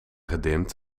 gedimd